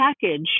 package